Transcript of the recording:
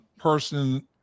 person